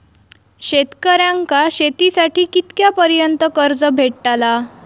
शेतकऱ्यांका शेतीसाठी कितक्या पर्यंत कर्ज भेटताला?